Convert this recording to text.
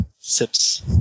sips